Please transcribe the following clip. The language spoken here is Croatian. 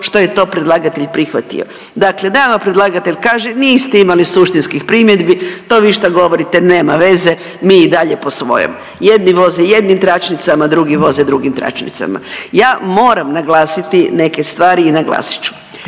što je to predlagatelj prihvatio. Dakle, nama predlagatelj kaže niste imali suštinskih primjedbi, to vi šta govorite nema veze mi i dalje po svojem. Jedni voze jednim tračnicama, drugi voze drugim tračnicama. Ja moram naglasiti neke stvari i naglasit ću.